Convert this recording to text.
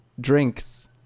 drinks